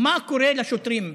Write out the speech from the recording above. מה קורה לשוטרים,